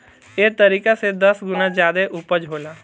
एह तरीका से दस गुना ज्यादे ऊपज होता